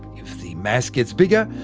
if the mass gets bigger,